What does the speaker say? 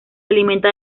alimenta